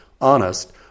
honest